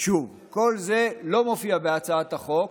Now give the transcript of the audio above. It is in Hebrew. שוב, כל זה לא מופיע בהצעת החוק,